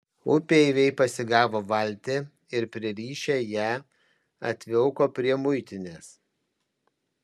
upeiviai pasigavo valtį ir pririšę ją atvilko prie muitinės